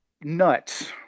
nuts